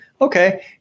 Okay